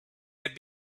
had